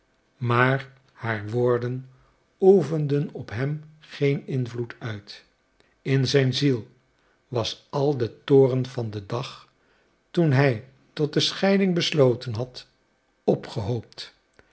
maar haar woorden oefenden op hem geen invloed uit in zijn ziel was al de toorn van den dag toen hij tot de scheiding besloten had opgehoopt